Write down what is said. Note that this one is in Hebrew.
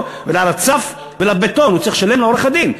ולרצף ולבטון הוא צריך לשלם לעורך-הדין.